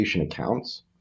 accounts